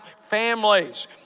families